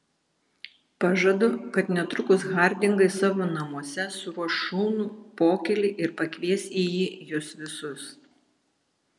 pažadu kad netrukus hardingai savo namuose suruoš šaunų pokylį ir pakvies į jį jus visus